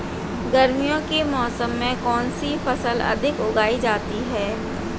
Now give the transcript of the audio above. गर्मियों के मौसम में कौन सी फसल अधिक उगाई जाती है?